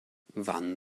wann